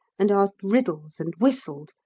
and asked riddles and whistled,